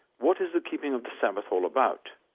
what is the keeping of the sabbath all about?